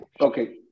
Okay